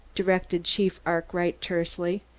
directed chief arkwright tersely.